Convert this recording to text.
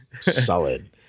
Solid